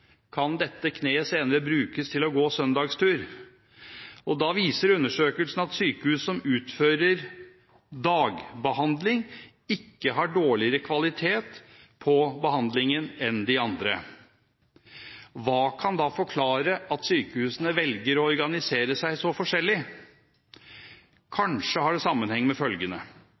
Kan dette kneet brukes til å gå søndagstur? Da viser undersøkelsen at sykehus som utfører dagbehandling, ikke har dårligere kvalitet på behandlingen enn de andre. Hva kan da forklare at sykehusene velger å organisere seg så forskjellig? Kanskje har det sammenheng med følgende: